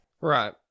Right